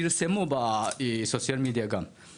פרסמו את זה גם ברשתות החברתיות.